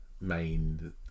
main